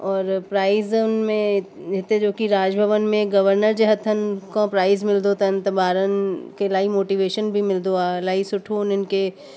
और प्राइज में हिते जो की राजवन में गवर्नर जे हथन खो प्राइज मिलदो अथन त ॿारनि खे इलाही मोटिवेशन बि मिलंदो आहे इलाही सुठो उन्हनि खे